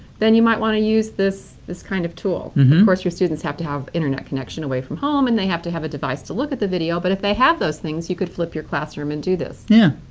then you might wanna use this this kind of tool. of course, your students have to have internet connection away from home and they have to have a device to look at the video, but if they have those things, you could flip your classroom and do this. yeah.